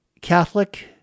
Catholic